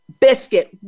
biscuit